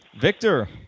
Victor